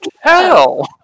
hell